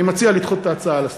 אני מציע לדחות את ההצעה על הסף.